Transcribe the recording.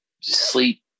sleep